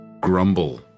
grumble